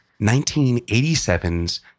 1987's